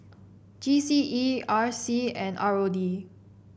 G C E R C and R O D